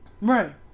Right